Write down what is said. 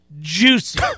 juicy